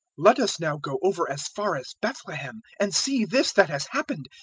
let us now go over as far as bethlehem and see this that has happened,